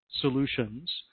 solutions